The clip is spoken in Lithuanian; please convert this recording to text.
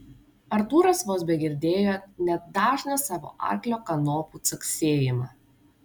artūras vos begirdėjo net dažną savo arklio kanopų caksėjimą